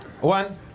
One